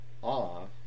Off